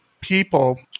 people